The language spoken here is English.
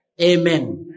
Amen